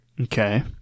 Okay